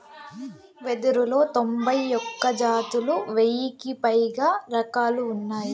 వెదురులో తొంభై ఒక్క జాతులు, వెయ్యికి పైగా రకాలు ఉన్నాయి